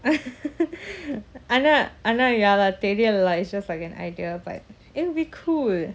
ஆனாஆனாயாராவதுதெரியல:ana ana yaravathu theriala it's just like an idea but it would be cool